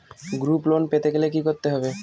Group loan পেতে গেলে কি করতে হবে?